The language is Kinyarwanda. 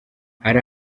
hari